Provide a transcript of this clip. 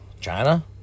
China